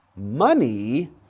Money